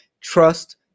trust